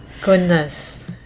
goodness